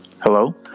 Hello